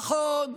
נכון,